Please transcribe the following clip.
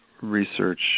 research